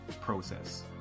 process